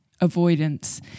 avoidance